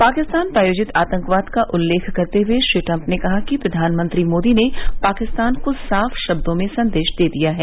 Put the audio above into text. पाकिस्तान प्रायोजित आतंकवाद का उल्लेख करते हुए उन्होने कहा कि प्रधानमंत्री मोदी ने पाकिस्तान को साफ शब्दों में संदेश दे दिया है